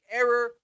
error